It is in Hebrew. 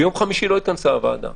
ביום חמישי לא התכנסה הוועדה.